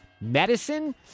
medicine